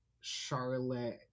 Charlotte